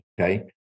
Okay